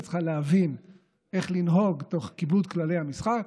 וצריכה להבין איך לנהוג תוך כיבוד כללי המשחק.